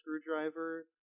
screwdriver